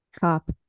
cop